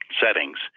settings